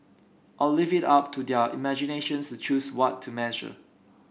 I'll leave it up to their imaginations to choose what to measure